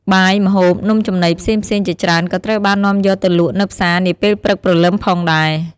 បាយ ម្ហូប នំចំណីផ្សេងៗជាច្រើនក៏ត្រូវបាននាំយកទៅលក់នៅផ្សារនាពេលព្រឹកព្រលឹមផងដែរ។